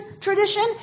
tradition